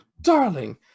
darling